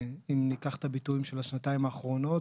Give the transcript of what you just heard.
אם ניקח את הביטויים של השנתיים האחרונות,